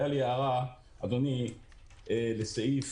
היתה לי הערה, אדוני- -- תהיה אופטימי.